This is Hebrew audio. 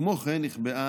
כמו כן נקבעה